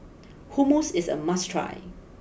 Hummus is a must try